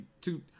two